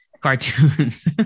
cartoons